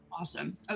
Awesome